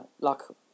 luck